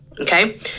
Okay